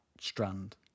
strand